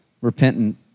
repentant